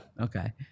Okay